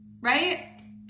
right